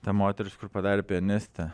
ta moteris kur padarė pianistę